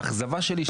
האכזבה שלי,